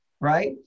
right